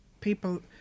people